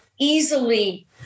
easily